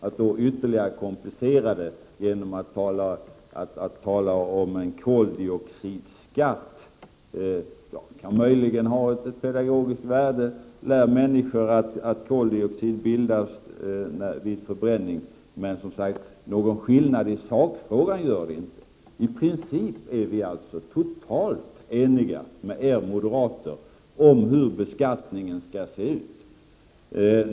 Att ytterligare komplicera det genom att tala om en koldioxidskatt kan möjligen ha ett pedagogiskt värde när det gäller att lära människor att koldioxid bildas vid förbränning. Men någon skillnad i sakfrågan gör det inte. I princip är vi alltså totalt eniga med er moderater om hur beskattningen skall se ut.